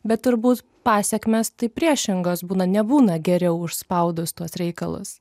bet turbūt pasekmės tai priešingos būna nebūna geriau užspaudus tuos reikalus